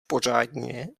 pořádně